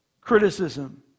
criticism